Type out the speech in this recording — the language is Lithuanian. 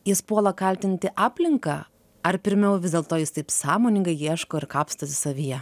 jis puola kaltinti aplinką ar pirmiau vis dėlto jis taip sąmoningai ieško ir kapstosi savyje